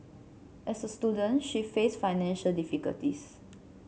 as a student she faced financial difficulties